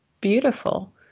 beautiful